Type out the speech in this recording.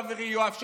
חברי יואב,